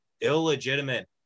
illegitimate